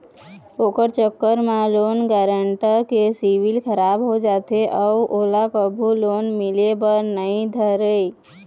ओखर चक्कर म लोन गारेंटर के सिविल खराब हो जाथे अउ ओला कभू लोन मिले बर नइ धरय